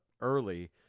early